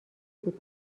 بود